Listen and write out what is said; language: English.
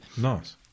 Nice